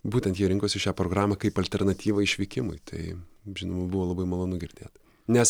būtent jie rinkosi šią programą kaip alternatyvą išvykimui tai žinoma buvo labai malonu girdėti nes